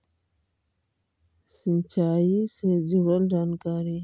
सिंचाई से जुड़ल जानकारी?